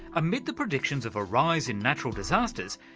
amid the predictions of a rise in natural disasters,